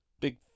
big